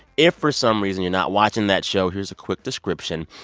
if, for some reason, you're not watching that show, here's a quick description.